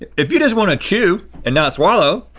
if you just wanna chew and not swallow